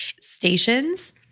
stations